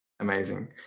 Amazing